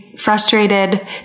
frustrated